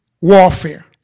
warfare